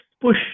push